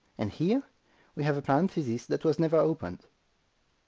and here we have a parenthesis that was never opened.